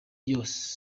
yose